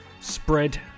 spread